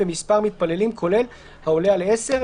במספר מתפללים כולל העולה על 10,